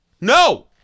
No